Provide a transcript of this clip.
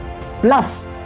plus